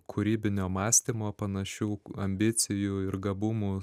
kūrybinio mąstymo panašių ambicijų ir gabumų